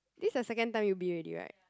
this the second time you'll be already right